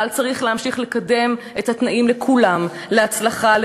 צה"ל צריך להמשיך לקדם לכולם את התנאים להצלחה,